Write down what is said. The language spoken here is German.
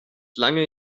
lange